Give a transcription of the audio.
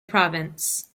province